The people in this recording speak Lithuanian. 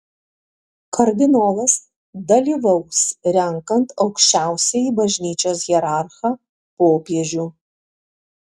kardinolas dalyvaus renkant aukščiausiąjį bažnyčios hierarchą popiežių